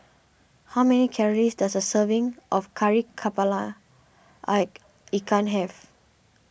how many calories does a serving of Kari Kepala Ike Ikan have